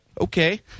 okay